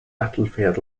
battlefield